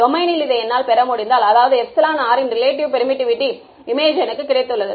டொமைனில் இதை என்னால் பெற முடிந்தால் அதாவது எப்சிலன் r ன் ரிலேட்டிவ் பெர்மிட்டிவிட்டி இமேஜ் எனக்கு கிடைத்துள்ளது